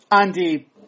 Andy